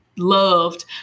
loved